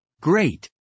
Great